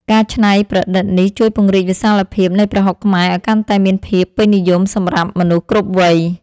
ការច្នៃប្រឌិតនេះជួយពង្រីកវិសាលភាពនៃប្រហុកខ្មែរឱ្យកាន់តែមានភាពពេញនិយមសម្រាប់មនុស្សគ្រប់វ័យ។